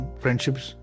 friendships